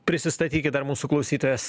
prisistatykit dar mūsų klausytojas